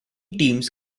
teams